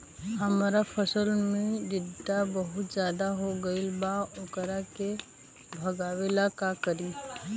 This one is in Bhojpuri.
हमरा फसल में टिड्डा बहुत ज्यादा हो गइल बा वोकरा के भागावेला का करी?